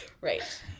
Right